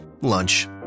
Lunch